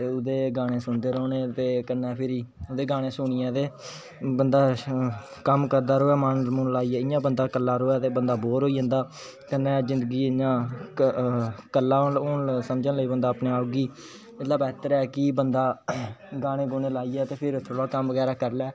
ते ओहदे गाने सुनदे रौंहने दे कन्ने फिर ओहदे गाने सुनिये ते बंदा कम्म करदा रवो मन लाइयै इयां बंदा इक्ला रवे दे बंदा बोर होई जंदा कन्ने जिदंगी इयां इकल्ला होन समझन लगी पोंदा अपने आप गी मतलब बेहतर ऐ कि बंदा गाने गुने लाइयै ते फिर थोह्ड़ा कम बगैरा करी लेए